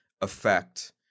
effect